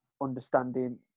understanding